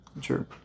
Sure